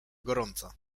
gorąca